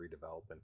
redevelopment